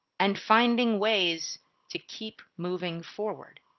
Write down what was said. and finding ways to keep moving forward.